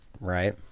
right